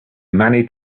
many